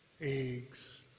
eggs